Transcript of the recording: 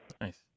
Nice